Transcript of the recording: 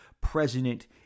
president